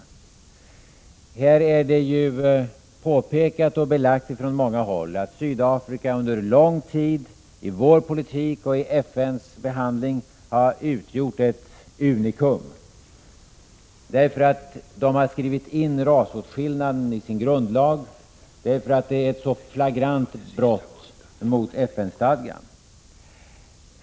Från många håll har det ju påpekats och belagts att Sydafrika under lång tid i vår politik och i FN:s behandling har utgjort ett unikum, därför att Sydafrika har skrivit in rasåtskillnaden i sin grundlag och därför att denna rasåtskillnad är ett så flagrant brott mot FN-stadgan.